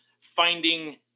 finding